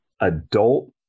adult